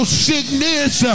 sickness